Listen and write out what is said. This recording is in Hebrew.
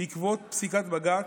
בעקבות פסיקת בג"ץ,